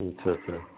اچھا اچھا